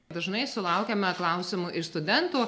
dažnai sulaukiame klausimų iš studentų